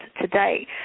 today